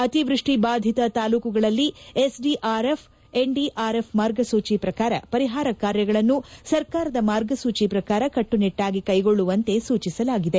ಅತಿವೃಷ್ಟಿ ಬಾಧಿತ ತಾಲೂಕುಗಳಲ್ಲಿ ಎಸ್ಡಿಆರ್ಎಫ್ ಎನ್ಡಿಆರ್ಎಫ್ ಮಾರ್ಗಸೂಚ ಪ್ರಕಾರ ಪರಿಹಾರ ಕಾರ್ಯಗಳನ್ನು ಸರ್ಕಾರದ ಮಾರ್ಗಸೂಚಿ ಪ್ರಕಾರ ಕಟ್ಟುನಿಟ್ಟಾಗಿ ಕೈಗೊಳ್ಳುವಂತೆ ಸೂಚಿಸಿದೆ